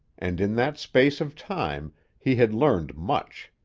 and in that space of time he had learned much.